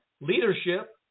leadership